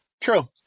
True